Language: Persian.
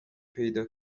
پیدا